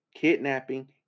kidnapping